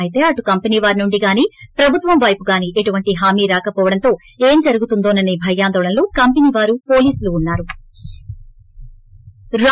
అయితే అటు కంపెనీ వారి నుండి గాని ప్రభుత్వం వైపు గాని ఎటువంటి హామీ రాకపోవడంతో ఏం జరుగుతుందోనని భయాందోళనలో కంపెనీ వారు పోలీసులు ఉన్నారు